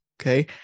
okay